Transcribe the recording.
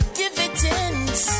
dividends